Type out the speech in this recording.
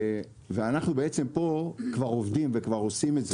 אנחנו כבר עובדים ועושים את זה.